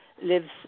lives